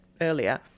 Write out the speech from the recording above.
earlier